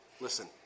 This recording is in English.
Listen